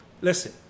Listen